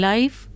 Life